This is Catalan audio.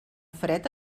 fred